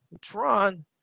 Tron